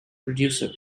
producer